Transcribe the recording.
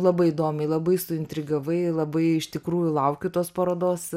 labai įdomiai labai suintrigavai labai iš tikrųjų laukiu tos parodos